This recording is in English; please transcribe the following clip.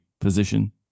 position